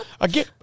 again